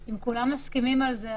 אם כולם מסכימים על זה,